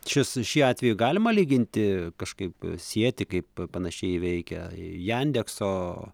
šis šį atvejį galima lyginti kažkaip sieti kaip panašiai veikia jandekso